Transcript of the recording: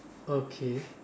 okay